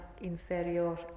inferior